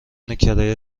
کرایه